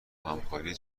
همکاری